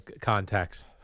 contacts